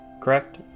correct